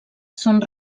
són